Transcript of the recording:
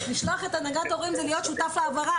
לשלוח את הנהגת ההורים זה להיות שותף לעבירה,